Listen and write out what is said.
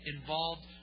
involved